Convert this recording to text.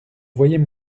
voyais